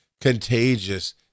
contagious